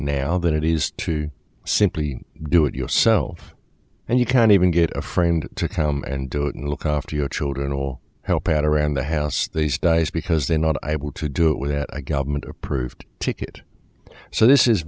now than it is to simply do it yourself and you can even get a friend to come and do it and look after your children all help out around the house these days because they're not able to do it without a government approved ticket so this is